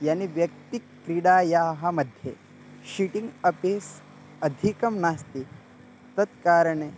यानि व्यक्तिकक्रीडायाः मध्ये शीटिङ्ग् अपेस् अधिकं नास्ति तत्कारणे